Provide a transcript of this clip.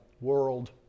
world